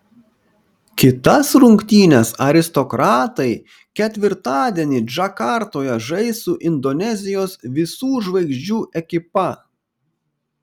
kitas rungtynes aristokratai ketvirtadienį džakartoje žais su indonezijos visų žvaigždžių ekipa